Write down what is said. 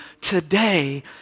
today